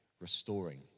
restoring